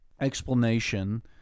explanation